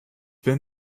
bin